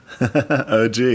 OG